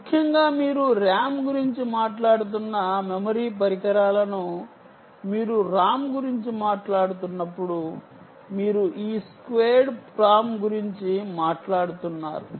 ముఖ్యంగా మీరు RAM గురించి మాట్లాడుతున్న మెమరీ పరికరాలను మీరు ROM గురించి మాట్లాడుతున్నప్పుడు మీరు ఇ స్క్వేర్డ్ ప్రాం గురించి మాట్లాడుతున్నారు